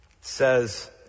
says